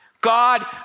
God